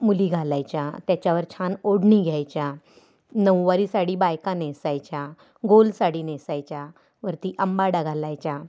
मुली घालायच्या त्याच्यावर छान ओढणी घ्यायच्या नऊवारी साडी बायका नेसायच्या गोल साडी नेसायच्या वरती अंबाडा घालायच्या